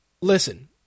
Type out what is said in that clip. listen